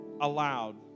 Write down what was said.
aloud